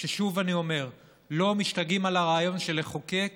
ששוב אני אומר, לא משתגעים על הרעיון לחוקק